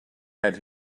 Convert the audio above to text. had